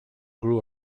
grew